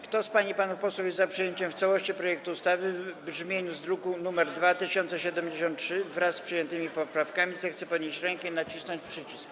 Kto z pań i panów posłów jest za przyjęciem w całości projektu ustawy w brzmieniu z druku nr 2073, wraz z przyjętymi poprawkami, zechce podnieść rękę i nacisnąć przycisk.